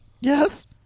Yes